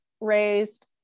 raised